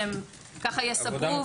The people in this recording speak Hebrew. שהם יספרו.